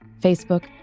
Facebook